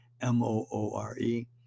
m-o-o-r-e